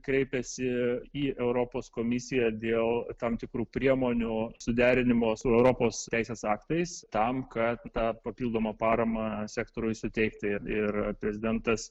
kreipėsi į europos komisiją dėl tam tikrų priemonių suderinimo su europos teisės aktais tam kad tą papildomą paramą sektoriui suteikti ir prezidentas